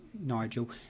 Nigel